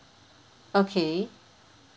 okay